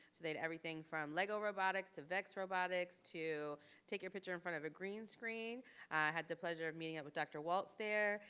they'd everything from lego robotics to vex robotics to take your picture in front of a green screen. i had the pleasure of meeting up with dr. walts there,